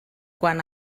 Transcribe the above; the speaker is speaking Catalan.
quan